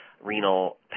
renal